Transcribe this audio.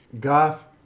goth